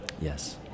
Yes